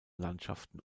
landschaften